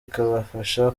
ikabafasha